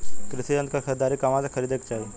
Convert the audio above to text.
कृषि यंत्र क खरीदारी कहवा से खरीदे के चाही?